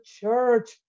church